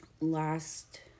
last